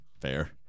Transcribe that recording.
Fair